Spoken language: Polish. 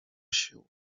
sił